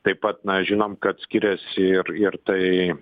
taip pat na žinom kad skiriasi ir ir tai